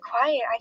quiet